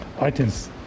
items